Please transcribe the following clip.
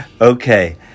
Okay